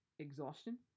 exhaustion